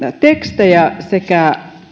tekstejä sekä